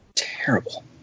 terrible